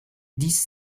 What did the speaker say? dix